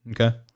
Okay